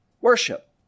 worship